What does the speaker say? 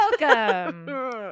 Welcome